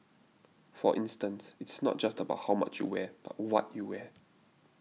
for instance it's not just about how much you wear but what you wear